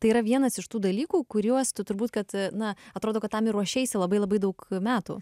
tai yra vienas iš tų dalykų kuriuos tu turbūt kad na atrodo kad tam ir ruošeisi labai labai daug metų